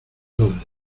dos